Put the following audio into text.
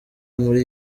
muri